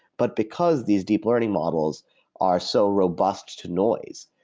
but because these deep learning models are so robust to noise.